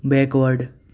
backward